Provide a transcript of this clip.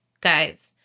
guys